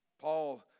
Paul